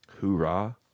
hoorah